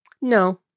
no